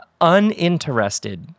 uninterested